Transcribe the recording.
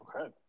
Okay